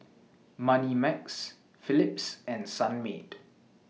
Moneymax Philips and Sunmaid